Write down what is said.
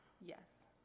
Yes